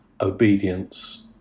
obedience